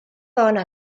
dona